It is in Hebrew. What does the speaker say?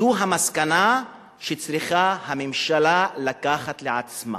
זו המסקנה שצריכה הממשלה לקחת לעצמה.